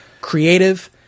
creative